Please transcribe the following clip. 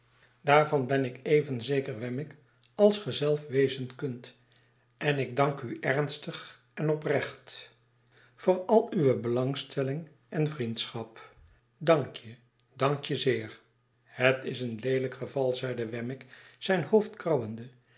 daarvan ben ik even zeker wemmick als ge zelf wezen kunt en ik dank u ernstig en oprecht voor al uwe belangstelling en vriendschap dank je dank je zeer hetiseenleelijkgeval zeide wemmick zijn hoofd